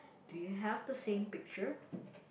do you have the same picture